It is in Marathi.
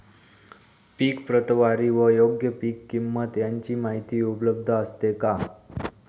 पीक प्रतवारी व योग्य पीक किंमत यांची माहिती उपलब्ध असते का?